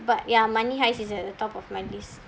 but ya money heist is at the top of my list